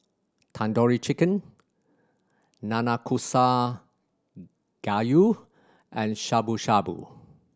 Tandoori Chicken Nanakusa Gayu and Shabu Shabu